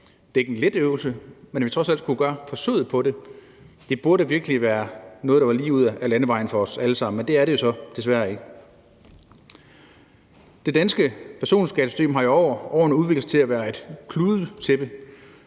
Det er ikke en let øvelse, men at vi trods alt skulle gøre forsøget, burde virkelig være noget, der var ligeud ad landevejen for os alle sammen. Men det er det jo så desværre ikke. Det danske personskattesystem har over årene udviklet sig til at være et kludetæppe